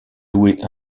louer